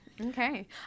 Okay